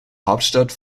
hauptstadt